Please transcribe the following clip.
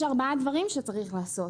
יש ארבעה דברים שצריך לעשות,